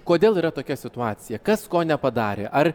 kodėl yra tokia situacija kas ko nepadarė ar